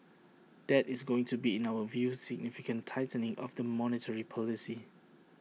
that is going to be in our view significant tightening of the monetary policy